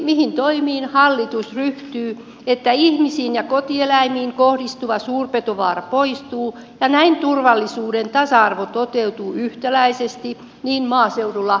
mihin toimiin hallitus ryhtyy että ihmisiin ja kotieläimiin kohdistuva suurpetovaara poistuu ja näin turvallisuuden tasa arvo toteutuu yhtäläisesti niin maaseudulla kuin kaupungissakin